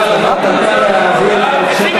אלא למסור את הודעת הממשלה בהתאם לסעיף 31(ד)